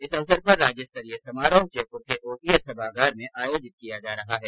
इस अवसर पर राज्यस्तरीय समारोह जयपुर के ओटीएस सभागार में आयोजित किया जा रहा है